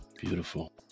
Beautiful